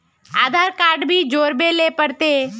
आधार card भी जोरबे ले पड़ते?